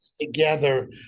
together